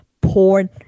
porn